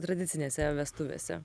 tradicinėse vestuvėse